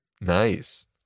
Nice